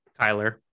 Kyler